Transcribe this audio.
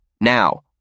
Now